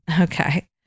Okay